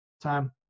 time